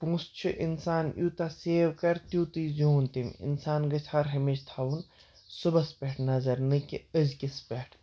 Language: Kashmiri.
پۅنٛسہٕ چھُ اِنسان یوٗتاہ سیو کَرِ تیٛوٗتُے زیوٗن تٔمۍ اِنسان گژھِ ہر ہمیشہٕ تھاوُن صُبَحس پٮ۪ٹھ نظر نہَ کہِ أزۍکِس پٮ۪ٹھ